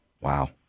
Wow